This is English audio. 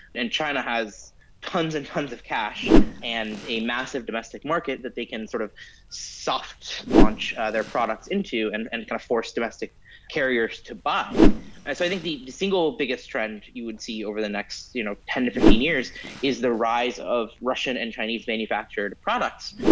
and china has tonnes and tonnes of cash and a massive domestic market that they can sort of soft-launch their products into and and kind of force domestic carriers to buy. so i think the single biggest trend you would see over the next you know ten to fifteen years is the rise of russian and chinese manufactured products,